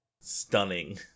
Stunning